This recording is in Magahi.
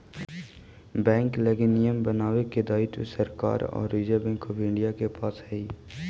बैंक लगी नियम बनावे के दायित्व सरकार आउ रिजर्व बैंक ऑफ इंडिया के पास हइ